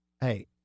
Hey